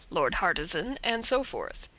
lord hartisan and so forth.